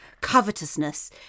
covetousness